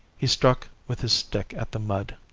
he struck with his stick at the mud.